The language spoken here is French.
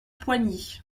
poigny